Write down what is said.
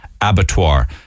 abattoir